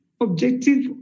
objective